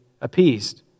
appeased